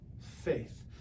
faith